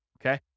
Okay